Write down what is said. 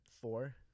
Four